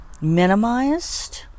minimized